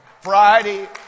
Friday